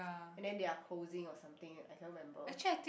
and then they are closing or something I cannot remember